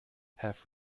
half